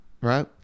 right